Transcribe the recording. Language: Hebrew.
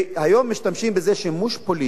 היום משתמשים בזה שימוש פוליטי,